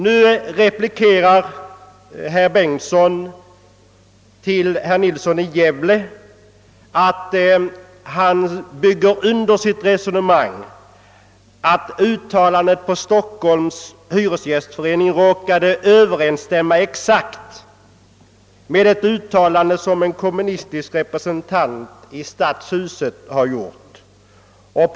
Nu replikerar herr Bengtson i Solna till herr Nilsson i Gävle att han bygger under sitt resonemang med det förhållandet, att uttalandet från Stockholms hyresgästförening råkade exakt Ööverensstämma med ett uttalande som en kommunistisk representant hade gjort i Stadshuset.